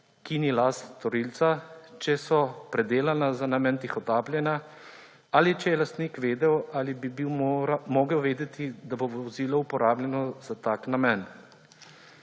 ki ni last storilca, če so predelana za namen tihotapljenja ali če je lastnik vedel ali bi bil mogel vedeti, da bo vozilo uporabljeno za tak namen.